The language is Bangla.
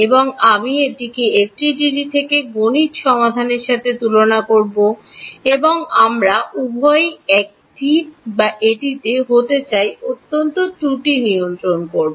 এবং আমি এটিকে এফডিটিডি থেকে গণিত সমাধানের সাথে তুলনা করব এবং আমরা উভয়ই একই বা এটিকে হতে চাই অন্তত ত্রুটি নিয়ন্ত্রণ করুন